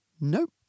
Nope